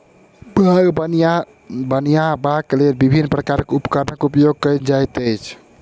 ताग बनयबाक लेल विभिन्न प्रकारक उपकरणक उपयोग कयल जाइत अछि